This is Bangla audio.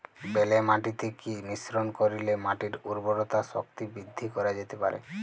বেলে মাটিতে কি মিশ্রণ করিলে মাটির উর্বরতা শক্তি বৃদ্ধি করা যেতে পারে?